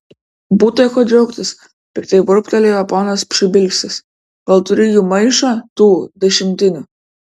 būta ko džiaugtis piktai burbtelėjo ponas pšibilskis gal turi jų maišą tų dešimtinių